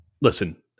Listen